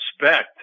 respect